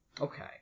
Okay